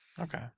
Okay